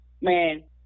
man